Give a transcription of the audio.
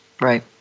Right